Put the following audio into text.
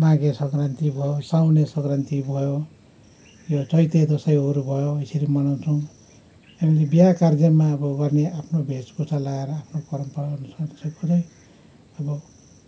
माघे सङ्क्रान्ति भयो साउने सङ्क्रान्ति भयो र चैते दसैँ भयो यसरी मनाउँछौँ हामीले बिहे कार्जेमा अब गर्ने आफ्नो वेशभूषा लाएर आफ्नो परम्परा अनुसार चाहिँ कुनै अब